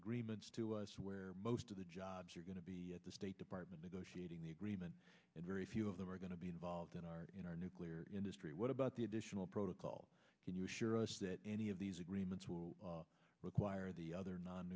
agreements to us where most of the jobs are going to be at the state department negotiating the agreement and very few of them are going to be involved in our nuclear industry what about the additional protocol can you assure us that any of these agreements will require the other non